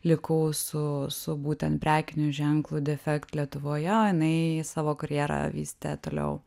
likau su su būtent prekiniu ženklu defekt lietuvoje o jinai savo karjerą vystė toliau